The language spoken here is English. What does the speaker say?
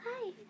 hi